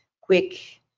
quick